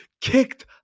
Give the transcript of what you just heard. kicked